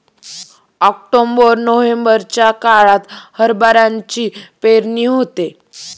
October नोव्हेंबरच्या काळात हरभऱ्याची पेरणी होते